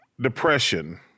depression